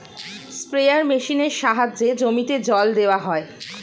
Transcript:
sprayer মেশিনের সাহায্যে জমিতে জল দেওয়া হয়